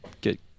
get